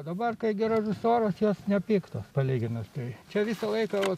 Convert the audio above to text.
dabar kai gražus oras jos nepiktos palyginus tai čia visą laiką vat